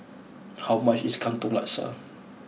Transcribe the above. how much is Katong Laksa